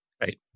Right